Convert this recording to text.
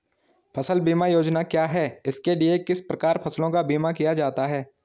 फ़सल बीमा योजना क्या है इसके लिए किस प्रकार फसलों का बीमा किया जाता है?